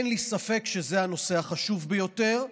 אין לי ספק שזה הנושא החשוב ביותר,